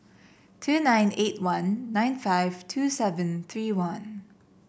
two nine eight one nine five two seven three one